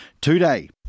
today